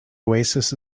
oasis